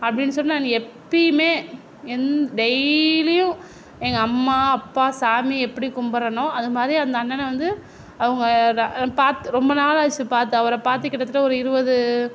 அப்படின்னு சொன்னால் நான் எப்பவுமே டெய்லியும் எங்கள் அம்மா அப்பா சாமி எப்படி கும்பிடுறனோ அந்த மாதிரி அந்த அண்ணனை வந்து ரொம்ப நாள் ஆச்சு பத்து அவர பார்த்து கிட்டத்தட்ட ஒரு இருபது